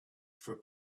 for